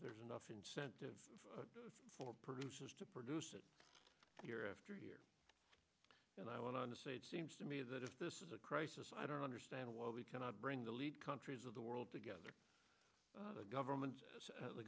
there's enough incentive for producers to produce it year after year and i went on to say it seems to me that if this is a crisis i don't understand why we cannot bring the lead countries of the world together government